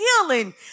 healing